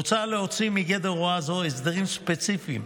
מוצע להוציא מגדר הוראה זו הסדרים ספציפיים,